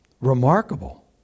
remarkable